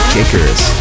Kickers